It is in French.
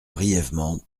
brièvement